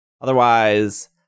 Otherwise